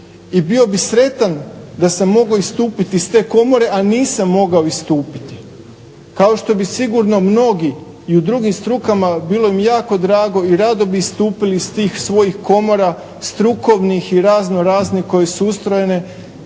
I bio bih sretan da sam mogao istupiti iz te komore, a nisam mogao istupiti. Kao što bi sigurno mnogi i u drugim strukama bilo im jako drago i rado bi istupili iz tih svojih komora strukovnih i razno raznih koji su ustrojene,